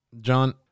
John